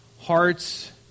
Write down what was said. hearts